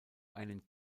einen